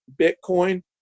Bitcoin